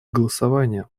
голосования